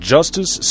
Justice